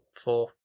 four